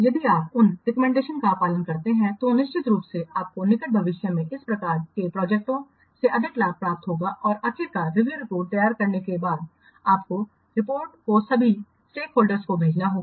यदि आप उन रिकमेंडेशन का पालन करते हैं तो निश्चित रूप से आपको निकट भविष्य में इस प्रकार की प्रोजेक्टओं से अधिक लाभ प्राप्त होगा और आखिरकार रिव्यू रिपोर्ट तैयार करने के बाद आपको रिपोर्ट को सभी स्टेकहोल्डर्स को भेजना होगा